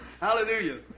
Hallelujah